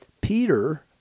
peter